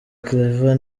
claver